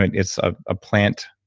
it's a ah plant,